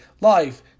life